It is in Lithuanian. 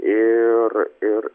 ir ir